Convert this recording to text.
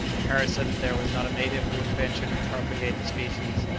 harris said that there was not a native who would venture to propagate the species,